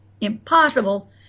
impossible